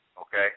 okay